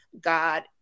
God